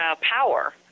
power